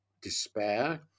despair